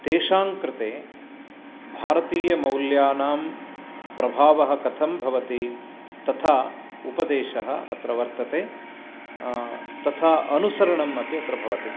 तेषां कृते भारतीयमौल्यानां प्रभावः कथं भवति तथा उपदेशः अत्र वर्तते तथा अनुसरणमपि अत्र भवति